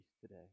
today